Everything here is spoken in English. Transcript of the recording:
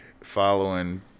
following